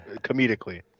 comedically